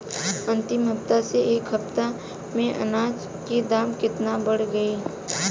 अंतिम हफ्ता से ए हफ्ता मे अनाज के दाम केतना बढ़ गएल?